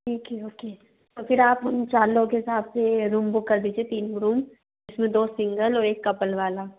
okay okay तो फिर आप हम चार लोगों के हिसाब से रूम बुक कर दीजिए तीन रूम जिसमें दो सिंगल और एक कपल वाला